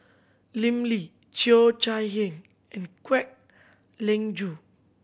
Lim Lee Cheo Chai Hiang and Kwek Leng Joo